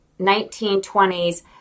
1920s